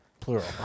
plural